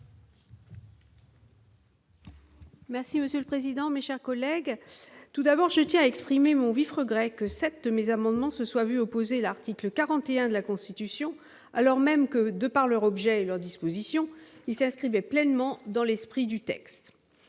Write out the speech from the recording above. Merci monsieur le président, mes chers collègues, tout d'abord je tiens à exprimer mon vif regret que cette mise à moment se soit vu opposer l'article 41 de la Constitution alors même que, de par leur objet, leur disposition il s'inscrivait pleinement dans l'esprit du texte